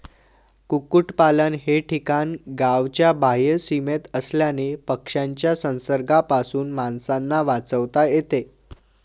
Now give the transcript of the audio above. कुक्पाकुटलन हे ठिकाण गावाच्या बाह्य सीमेत असल्याने पक्ष्यांच्या संसर्गापासून माणसांना वाचवता येते